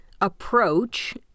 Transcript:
approach